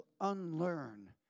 unlearn